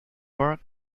work